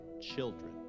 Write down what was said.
children